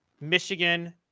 Michigan